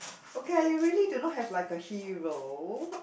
okay I really do not have like a hero